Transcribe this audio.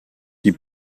die